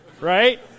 Right